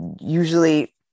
usually